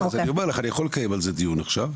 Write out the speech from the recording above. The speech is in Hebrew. אז אני אומר לך אני יכול לקיים על זה דיון עכשיו.